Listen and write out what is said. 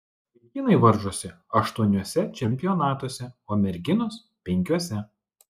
vaikinai varžosi aštuoniuose čempionatuose o merginos penkiuose